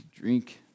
Drink